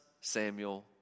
Samuel